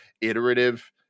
iterative